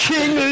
King